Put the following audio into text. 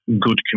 good